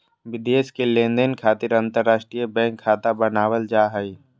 विदेश के लेनदेन खातिर अंतर्राष्ट्रीय बैंक खाता बनावल जा हय